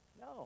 No